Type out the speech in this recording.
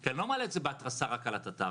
אני לא מעלה את זה בהתרסה רק על התט"ר.